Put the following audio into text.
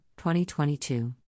2022